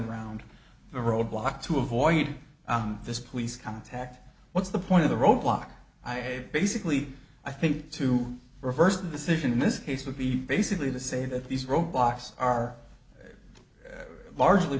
around the roadblock to avoid this police contact what's the point of the roadblock i basically i think to reverse the decision in this case would be basically the say that these roadblocks are largely